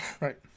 right